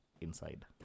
inside